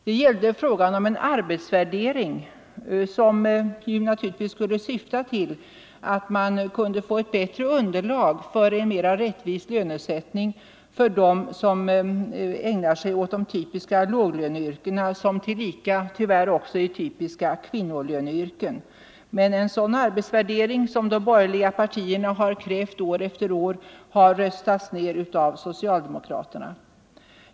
Det har gällt frågan om en arbetsvärdering som naturligtvis skulle 73 syfta till att man kunde få ett bättre underlag för en mera rättvis lönesättning för dem som ägnar sig åt de typiska låglöneyrkena, som tillika tyvärr också är typiska kvinnoyrken. Men en sådan arbetsvärdering som de borgerliga partierna krävt år efter år har röstats ned av socialdemokraterna.